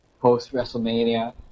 post-WrestleMania